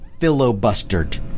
filibustered